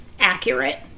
accurate